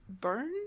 burn